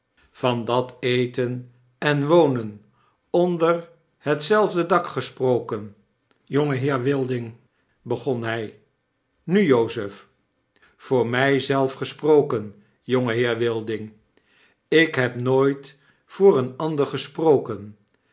van dat eten en wonen onder hetzelfde dak gesproken jongeheer wilding begon hjj nu jozef voor my zelf gesproken jongeheer wilding ik heb nooit voor een ander gesproken